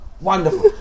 Wonderful